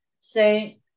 Say